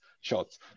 shots